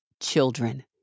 children